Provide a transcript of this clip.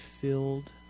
filled